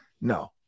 No